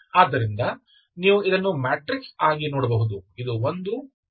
ಆದ್ದರಿಂದ ನೀವು ಇದನ್ನು ಮ್ಯಾಟ್ರಿಕ್ಸ್ ಆಗಿ ನೋಡಬಹುದು ಇದು 1 ಮತ್ತು 2